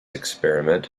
experiment